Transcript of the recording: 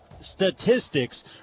statistics